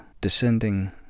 descending